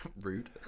Rude